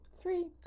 three